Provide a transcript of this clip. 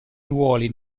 ruoli